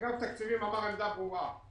אגף התקציבים אמר עמדה ברורה,